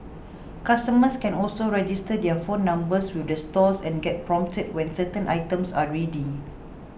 customers can also register their phone numbers with the stores and get prompted when certain items are ready